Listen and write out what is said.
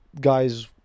guys